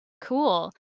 Cool